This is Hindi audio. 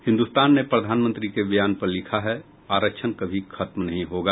हिन्दुस्तान ने प्रधानमंत्री के बयान पर लिखा है आरक्षण कभी खत्म नहीं होगा